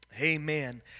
Amen